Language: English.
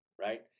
right